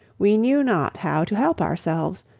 we knew not how to help ourselves,